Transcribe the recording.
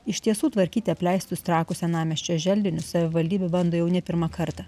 iš tiesų tvarkyti apleistus trakų senamiesčio želdinius savivaldybė bando jau ne pirmą kartą